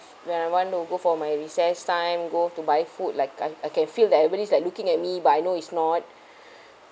when I want to go for my recess time go to buy food like I I can feel that everybody is like looking at me but I know it's not